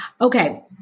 Okay